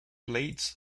blades